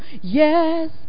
Yes